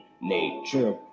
Nature